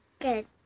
Good